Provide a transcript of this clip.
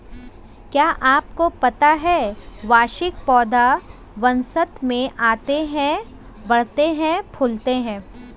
क्या आपको पता है वार्षिक पौधे वसंत में आते हैं, बढ़ते हैं, फूलते हैं?